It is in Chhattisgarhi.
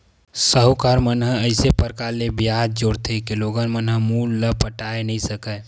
साहूकार मन ह अइसे परकार ले बियाज जोरथे के लोगन ह मूल ल पटाए नइ सकय